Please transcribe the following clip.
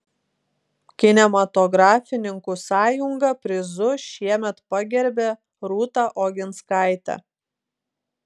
kinematografininkų sąjunga prizu šiemet pagerbė rūta oginskaitę